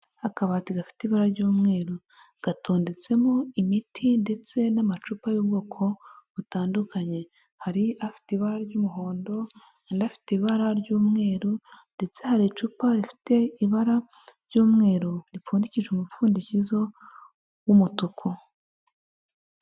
Akabati gafite ibara ry'umweru gatondetseho imiti ndetse n'amacupa y'ubwoko butandukanye, hari afite ibara ry'umuhondo, andi afite ibara ry'umweru ndetse hari icupa rifite ibara ry'umweru ripfundikije umupfundikizo w'umutuku.